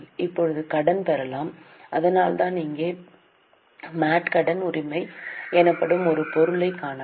இப்போது கடன் பெறலாம் அதனால்தான் இங்கே MAT கடன் உரிமை எனப்படும் ஒரு பொருளைக் காணலாம்